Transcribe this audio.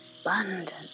abundant